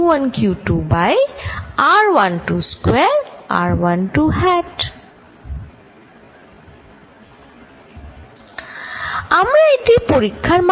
আমরা এটি পরীক্ষার মাধ্যমে কিভাবে প্রমাণ করব